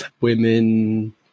Women